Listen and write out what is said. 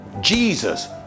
Jesus